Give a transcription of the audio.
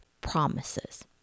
promises